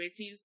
creatives